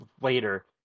later